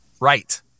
Right